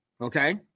Okay